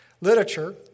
Literature